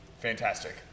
Fantastic